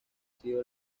sido